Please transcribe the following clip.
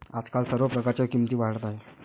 आजकाल सर्व प्रकारच्या किमती वाढत आहेत